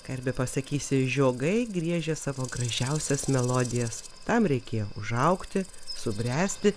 ką ir bepasakysi žiogai griežia savo gražiausias melodijas tam reikėjo užaugti subręsti